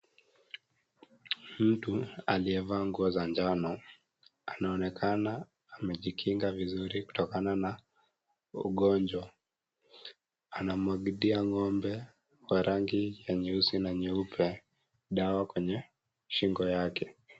Mtu aliyevaa nguo za njano anaonekana amejikinga vizuri kutokana na ugonjwa. Anamwagilia ng'ombe wa rangi ya nyeusi na nyeupe dawa kwenye shingo yake.